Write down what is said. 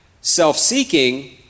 self-seeking